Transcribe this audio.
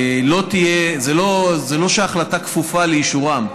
זה לא שההחלטה כפופה לאישורם,